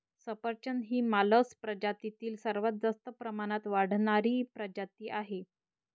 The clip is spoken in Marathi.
सफरचंद ही मालस प्रजातीतील सर्वात जास्त प्रमाणात वाढणारी प्रजाती आहे